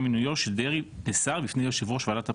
מינויו של דרעי כשר בפני יושב ראש ועדת הבחירות.